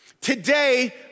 today